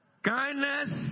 kindness